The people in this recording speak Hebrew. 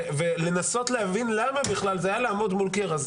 לנסות להבין למה בכלל, זה היה לעמוד מול קיר.